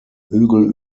hügel